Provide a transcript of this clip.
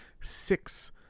six